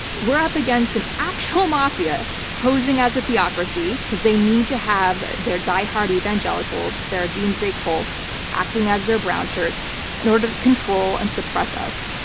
we're up against an actual mafia posing as a theocracy because they need to have their diehard evangelicals, their doomsday cult acting as their brown shirts in order to control and suppress us.